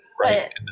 right